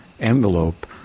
envelope